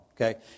Okay